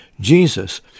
Jesus